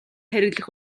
хэрэглэх